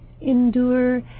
endure